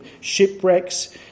Shipwrecks